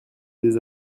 des